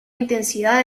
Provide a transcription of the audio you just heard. intensidad